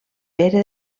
pere